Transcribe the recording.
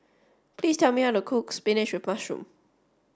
please tell me how to cook Spinach with mushroom